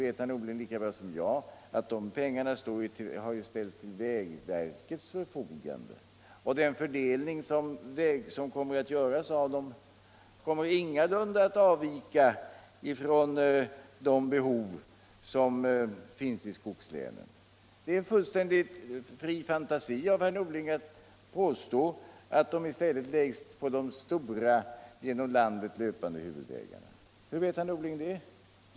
Men herr Norling vet lika bra som jag att dessa pengar har ställts till vägverkets Förfoga'nde och att den fördelning som verket gör kommer att beakta de behov som finns i skogslänen. Det är fullständigt fria fantasier av herr Norling när han påstår att dessa pengar läggs på de stora, genom landet löpande huvudvägarna. Hur vet herr Norling det?